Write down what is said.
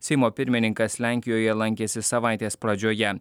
seimo pirmininkas lenkijoje lankėsi savaitės pradžioje